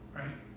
right